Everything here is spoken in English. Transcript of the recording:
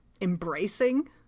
embracing